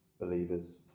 believers